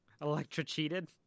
Electra-cheated